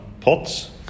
pots